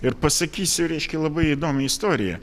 ir pasakysiu reiškia labai įdomią istoriją